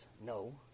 no